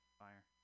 fire